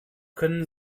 können